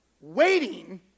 waiting